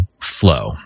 flow